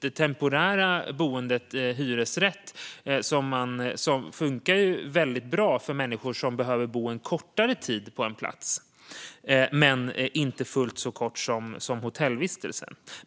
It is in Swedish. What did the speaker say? Den temporära boendeformen hyresrätt funkar väldigt bra för människor som behöver bo en kortare tid på en plats men inte fullt så kort tid som vid en hotellvistelse.